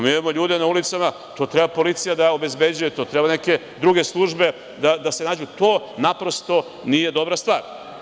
Mi imamo ljude na ulicama, to treba policija da obezbeđuje, to treba neke druge službe da se nađu, to, naprosto, nije dobra stvar.